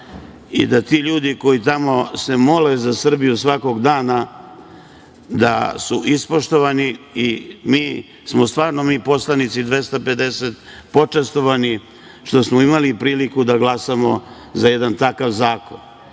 i da ti ljudi koji tamo se mole za Srbiju svakog dana da su ispoštovani, i mi 250 poslanika smo počastvovani što smo imali priliku da glasamo za jedan takav zakon.